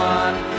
one